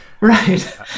Right